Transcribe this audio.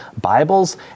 Bibles